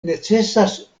necesas